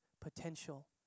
potential